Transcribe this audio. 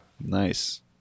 Nice